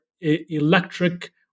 electric